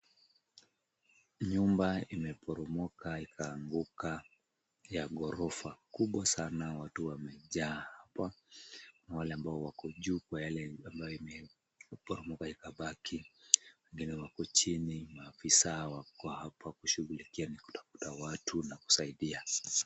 Nyumba imeporomoka ikaanguka ya ghorofa kubwa sana. Watu wamejaa hapa wale ambao wako juu kwa yale ambayo imeporomoka ikabaki, wengine wako chini, maafisa wako hapa kushughulikia na kutafuta watu na kusaidia.